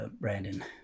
Brandon